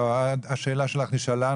השאלה שלך נשאלה.